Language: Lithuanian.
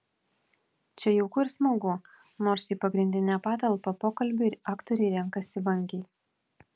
čia jauku ir smagu nors į pagrindinę patalpą pokalbiui aktoriai renkasi vangiai